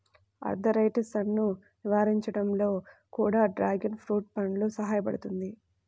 ఆర్థరైటిసన్ను నివారించడంలో కూడా డ్రాగన్ ఫ్రూట్ పండు సహాయపడుతుంది